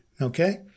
Okay